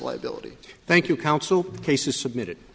liability thank you counsel cases submitted